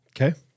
Okay